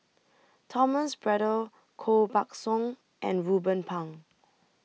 Thomas Braddell Koh Buck Song and Ruben Pang